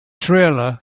trailer